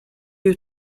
you